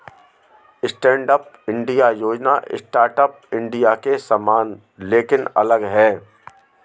stand up India योजना startup India के समान लेकिन अलग है